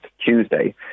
Tuesday